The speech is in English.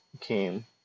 Came